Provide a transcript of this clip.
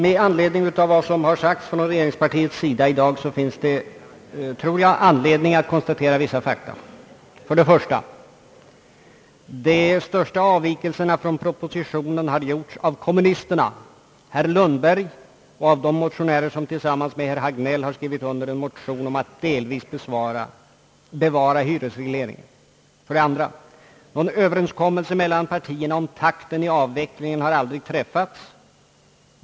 Med anledning av vad som sagts från regeringspartiets sida i dag tror jag att det finns anledning att konstatera vissa: fakta. För det första har de största avvikelserna från propositionen gjorts av kommunisterna samt av herr Lundberg och de motionärer som tillsammans med herr Hagnell skrivit under en motion om att delvis bevara hyresregleringen. För det andra har någon överenskommelse mellan partierna om takten i avvecklingen aldrig träffats.